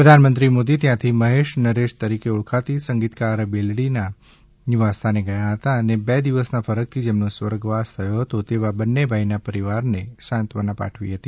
પ્રધાનમંત્રી મોદી ત્યાથી મહેશ નરેશ તરીકે ઓળખાતી સંગીતકાર બેલડીના નિવાસ સ્થાને ગયા હતા અને બે દિવસના ફરકથી જેમનો સ્વર્ગવાસ થયો છે તેવા બંને ભાઈ ના પરિવારને સાંત્વના પાઠવી હતી